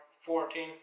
fourteen